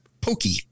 Pokey